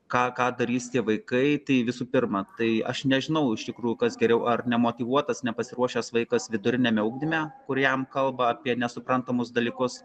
ką darys tie vaikai tai visų pirma tai aš nežinau iš tikrųjų kas geriau ar nemotyvuotas nepasiruošęs vaikas viduriniame ugdyme kur jam kalba apie nesuprantamus dalykus